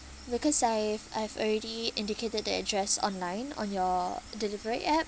because I've I've already indicated the address online on your delivery app